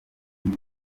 niyo